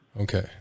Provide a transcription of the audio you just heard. Okay